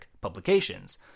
publications